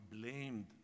blamed